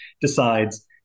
decides